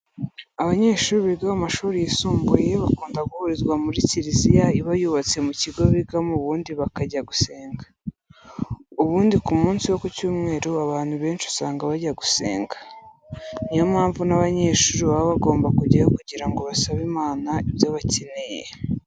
Abanyeshuri biga mu mashuri yisumbuye bakunda guhurizwa muri kiriziya iba yubatse mu kigo bigamo ubundi bakajya gusenga. Ubundi ku munsi wo ku cyumweru abantu benshi usanga bajya gusenga. Niyo mpamvu n'abanyeshuri baba bagomba kujyayo kugira ngo basabe Imana ibyo bakeneye.